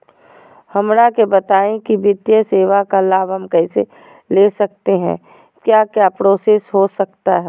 हमरा के बताइए की वित्तीय सेवा का लाभ हम कैसे ले सकते हैं क्या क्या प्रोसेस हो सकता है?